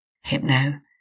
Hypno